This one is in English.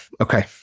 Okay